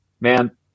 man